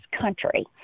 country